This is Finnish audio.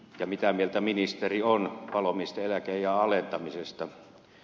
ja mitä mieltä ministeri on palomiesten eläkeiän alentamisesta